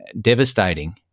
devastating